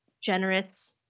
generous